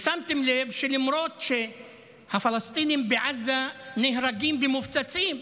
ושמתם לב שלמרות שהפלסטינים בעזה נהרגים ומופצצים,